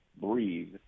breathe